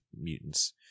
mutants